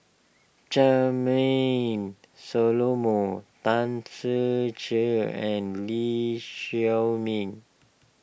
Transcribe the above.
Charmaine Solomon Tan Ser Cher and Lee Shao Meng